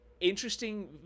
interesting